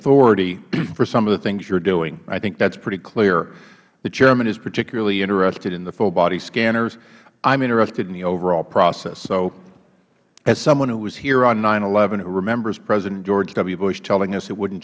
authority for some of the things you are doing i think that is pretty clear the chairman is particularly interested in the full body scanners i am interested in the overall process so as someone who was here on who remembers president george w bush telling us it wouldn't